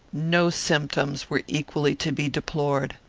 no symptoms were equally to be deplored.